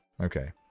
okay